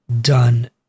done